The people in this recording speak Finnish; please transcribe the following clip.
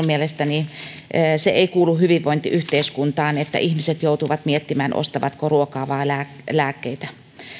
mielestäni se ei kuulu hyvinvointiyhteiskuntaan että ihmiset joutuvat miettimään ostavatko ruokaa vai lääkkeitä